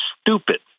stupid